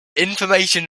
information